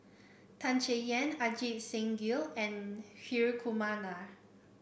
Tan Chay Yan Ajit Singh Gill and Hri Kumar Nair